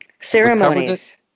Ceremonies